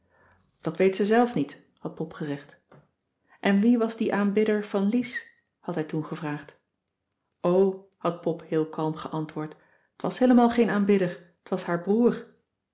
dat weet ze zelf niet had pop gezegd en wie was die aanbidder van lies had hij toen gevraagd o had pop heel kalm geantwoord t was heelemaal geen aanbidder t was haar broer